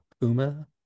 puma